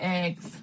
eggs